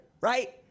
right